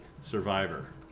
Survivor